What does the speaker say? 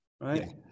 right